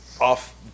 off